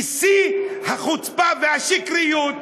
בשיא החוצפה והשקריות,